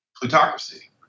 plutocracy